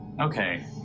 Okay